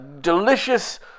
delicious